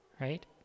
right